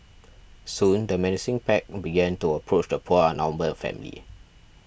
soon the menacing pack began to approach the poor outnumbered family